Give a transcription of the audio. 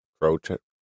protest